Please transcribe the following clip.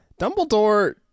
Dumbledore